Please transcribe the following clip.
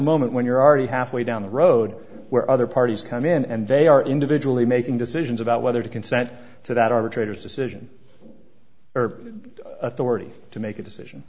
moment when you're already halfway down the road where other parties come in and they are individually making decisions about whether to consent to that arbitrator's decision or authority to make a decision